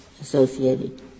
associated